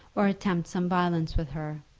or attempt some violence with her.